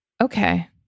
okay